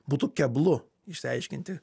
būtų keblu išsiaiškinti